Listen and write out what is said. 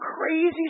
crazy